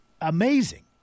amazing